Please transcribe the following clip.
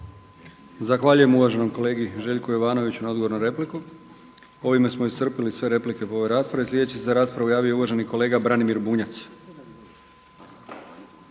Zahvaljujem uvaženom kolegi Željku Jovanoviću na odgovoru na repliku. Ovime smo iscrpili sve replike po ovoj raspravi. Sljedeći se za raspravu javio uvaženi kolega Branimir Bunjac.